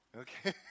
Okay